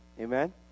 amen